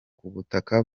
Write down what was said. kubutaka